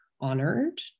honored